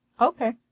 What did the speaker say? Okay